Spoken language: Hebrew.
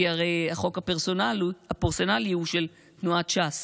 כי הרי החוק הפרסונלי הוא של תנועת ש"ס.